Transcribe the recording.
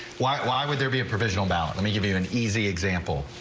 why why would there be a provisional ballot. let me give you an easy example.